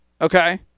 Okay